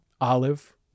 olive